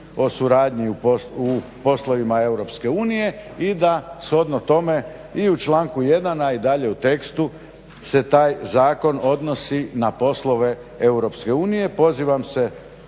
o suradnji u poslovima Europske unije. I da shodno tome i u članku 1. a i dalje u tekstu se taj zakon odnosi na poslove